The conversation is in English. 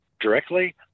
directly